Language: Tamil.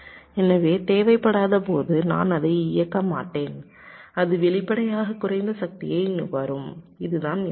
எனவே தேவைப்படாதபோது நான் அதை இயக்க மாட்டேன் அது வெளிப்படையாக குறைந்த சக்தியை நுகரும் இதுதான் யோசனை